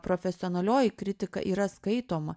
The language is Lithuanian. profesionalioji kritika yra skaitoma